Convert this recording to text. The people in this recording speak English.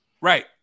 Right